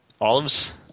Olives